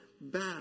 back